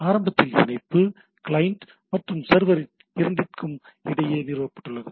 ஆரம்பத்தில் இணைப்பு கிளையன்ட் மற்றும் சர்வர் ஆகிய இரண்டிற்கும் இடையே நிறுவப்பட்டுள்ளது